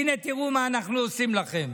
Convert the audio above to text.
הינה, תיראו מה אנחנו עושים לכם.